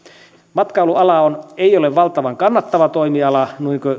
matkailuala ei ole valtavan kannattava toimiala noin